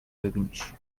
ببینیش